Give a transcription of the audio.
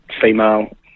female